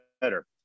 better